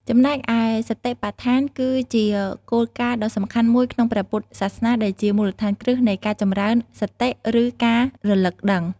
ចំណែកឯសតិប្បដ្ឋាន គឺជាគោលការណ៍ដ៏សំខាន់មួយក្នុងព្រះពុទ្ធសាសនា ដែលជាមូលដ្ឋានគ្រឹះនៃការចម្រើន សតិ ឬ ការរលឹកដឹង។